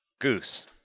Goose